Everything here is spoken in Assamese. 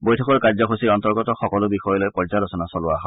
বৈঠকত কাৰ্যসূচীৰ অন্তৰ্গত সকলো বিষয়লৈ পৰ্যালোচনা চলোৱা হয়